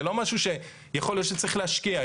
יכול להיות שצריך להשקיע,